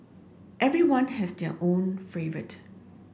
everyone has their own favourite